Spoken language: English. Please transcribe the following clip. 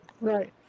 Right